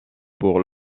pour